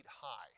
high